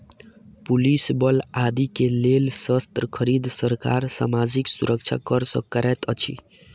police बल आदि के लेल शस्त्र खरीद, सरकार सामाजिक सुरक्षा कर सँ करैत अछि